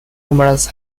rumours